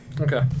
Okay